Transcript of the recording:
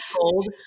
Cold